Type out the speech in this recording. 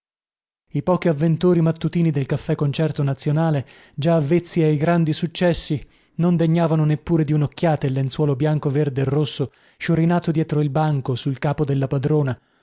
i pochi avventori mattutini del caffè-concerto nazionale già avvezzi ai grandi successi non degnavano neppure di unocchiata il lenzuolo bianco verde e rosso sciorinato dietro il banco sul capo della padrona